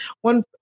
One